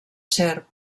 serp